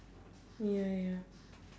ya ya